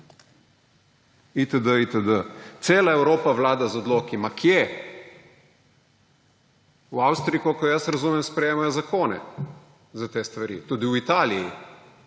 itd., itd. Cela Evropa vlada z odloki. Kje? V Avstriji, kolikor jaz razumem, sprejemajo zakone za te stvari. Tudi v Italiji.